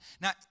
Now